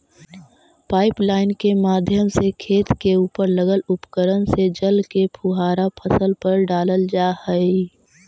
pipeline के माध्यम से खेत के उपर लगल उपकरण से जल के फुहारा फसल पर डालल जा हइ